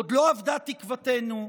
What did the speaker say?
עוד לא אבדה תקוותנו.